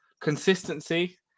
consistency